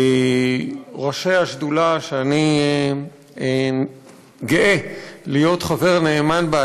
ראשי השדולה שאני גאה להיות חבר נאמן בה.